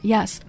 Yes